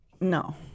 No